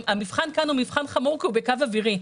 שהמבחן כאן הוא מבחן חמור כי הוא בקו אווירי.